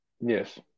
Yes